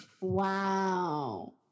Wow